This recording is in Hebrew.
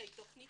שהיא תכנית